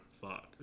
fuck